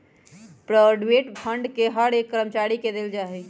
provident fund के हर एक कर्मचारी के देल जा हई